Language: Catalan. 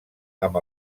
amb